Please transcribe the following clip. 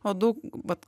o daug vat